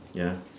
ya